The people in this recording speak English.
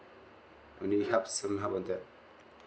I need help some help on that